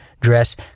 dress